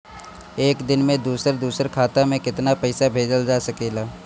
एक दिन में दूसर दूसर खाता में केतना पईसा भेजल जा सेकला?